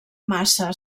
massa